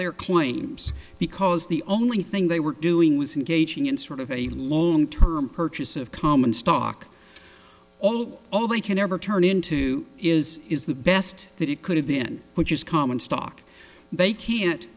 their claims because the only thing they were doing was engaging in sort of a long term purchase of common stock all all they can ever turn into is is the best that it could have been which is common stock they can't